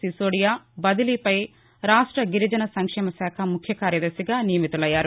సిసోడియ బదిలి రాష్ట గిరిజన సంక్షేమ శాఖ ముఖ్య కార్యదర్శిగా నియమితులయ్యారు